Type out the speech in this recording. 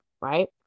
right